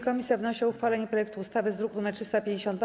Komisja wnosi o uchwalenie projektu ustawy z druku nr 352.